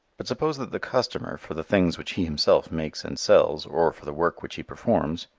but suppose that the consumer, for the things which he himself makes and sells, or for the work which he performs,